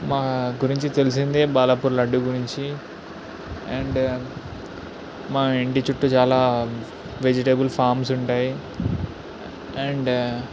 మా గురించి తెలిసిందే బాలాపూర్ లడ్డు గురించి అండ్ మా ఇంటి చుట్టు చాలా వెజిటేబుల్ ఫామ్స్ ఉంటాయి అండ్